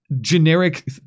generic